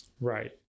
Right